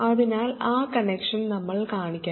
അതിനാൽ ആ കണക്ഷൻ നമ്മൾ കാണിക്കണം